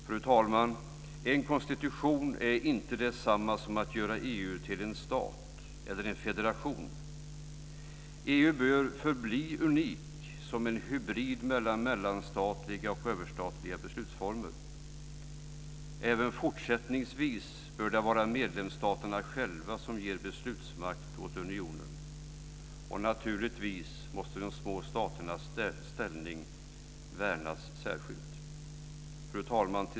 Fru talman! En konstitution är inte detsamma som att göra EU till en stat eller en federation. EU bör förbli unikt som en hybrid av mellanstatliga och överstatliga beslutsformer. Även fortsättningsvis bör det vara medlemsstaterna själva som ger beslutsmakt åt unionen. Naturligtvis måste de små staternas ställning värnas särskilt. Fru talman!